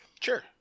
Sure